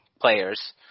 players